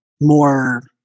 more